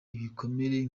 ibikomere